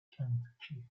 kentucky